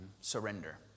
surrender